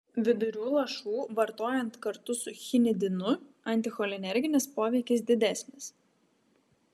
vidurių lašų vartojant kartu su chinidinu anticholinerginis poveikis didesnis